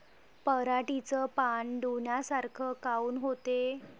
पराटीचे पानं डोन्यासारखे काऊन होते?